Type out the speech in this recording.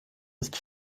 ist